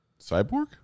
cyborg